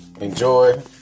enjoy